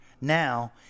Now